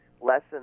lessen